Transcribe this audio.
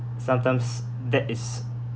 sometimes that is